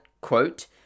quote